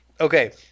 Okay